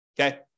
okay